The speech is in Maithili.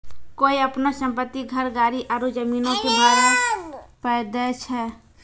कोय अपनो सम्पति, घर, गाड़ी आरु जमीनो के भाड़ा पे दै छै?